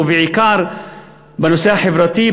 ובעיקר בנושא החברתי,